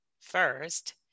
first